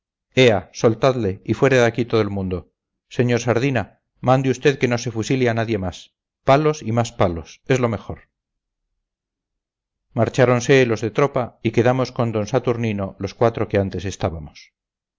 ea soltadle y fuera de aquí todo el mundo sr sardina mande usted que no se fusile a nadie más palos y más palos es lo mejor marcháronse los de tropa y quedamos con d saturnino los cuatro que antes estábamos